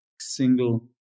single